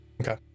Okay